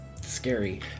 Scary